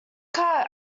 cut